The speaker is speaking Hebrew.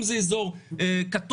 אם זה אזור כתום,